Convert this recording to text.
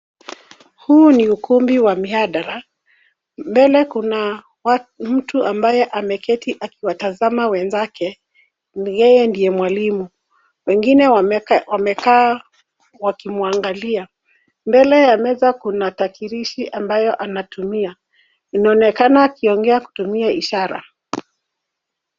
Huu ni ukumbi wa mihadara, mbele kuna mtu ambaye ameketi akiwatazama wenzake ni yeye ndiye mwalimu. Wengine wamekaa wakimwangalia. Mbele ya meza kunatakirisha ambayo anatumia. Inaonekana akiongea kutumia ishara.